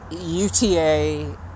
UTA